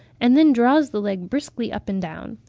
and then draws the leg briskly up and down.